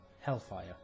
hellfire